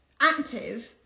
active